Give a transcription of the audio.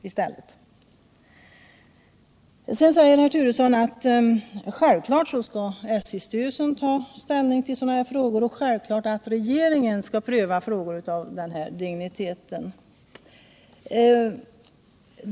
Sedan säger kommunikationsministern att SJ-styrelsen självklart skall ta ställning till sådana här frågor och att regeringen skall pröva frågor av den här digniteten.